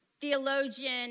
theologian